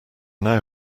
now